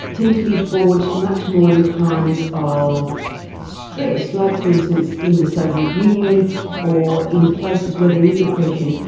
tend to be forged much more in times of stress, like for instance in the soviet union, or in places where there is oppression,